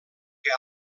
que